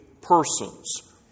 persons